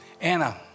Anna